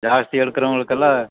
ஜாஸ்தி எடுக்கிறவங்களுக்கெல்லாம்